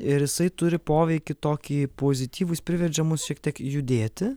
ir jisai turi poveikį tokį pozityvų jis priverčia mus šiek tiek judėti